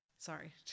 Sorry